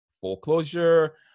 foreclosure